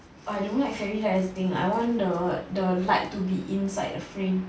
I don't like fairy light anything I want the the light to be inside the frame